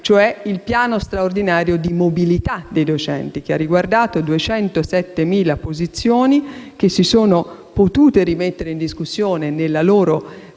cioè il piano straordinario di mobilità dei docenti, che ha riguardato 207.000 posizioni che si sono potute rimettere in discussione nella loro collocazione